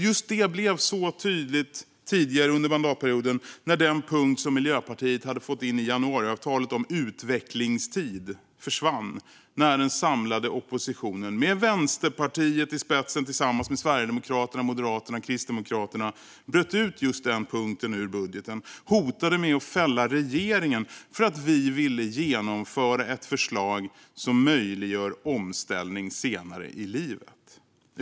Just detta blev tydligt tidigare under mandatperioden när den punkt om utvecklingstid som Miljöpartiet hade fått in i januariavtalet försvann i och med att den samlade oppositionen med Vänsterpartiet i spetsen tillsammans med Sverigedemokraterna, Moderaterna och Kristdemokraterna bröt ut just denna punkt ur budgeten. De hotade med att fälla regeringen för att vi i Miljöpartiet ville genomföra ett förslag som möjliggör omställning senare i livet.